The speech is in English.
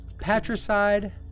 patricide